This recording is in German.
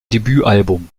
debütalbum